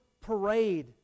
parade